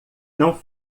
não